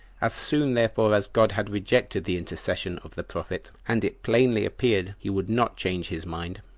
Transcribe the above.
as soon therefore as god had rejected the intercession of the prophet, and it plainly appeared he would not change his mind,